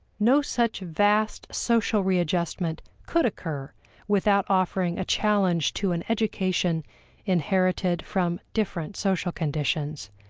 no such vast social readjustment could occur without offering a challenge to an education inherited from different social conditions,